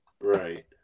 Right